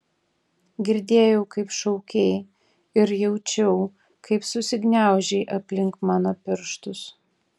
girdėjau kaip šaukei ir jaučiau kaip susigniaužei aplink mano pirštus